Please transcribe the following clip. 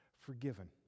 forgiven